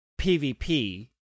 PvP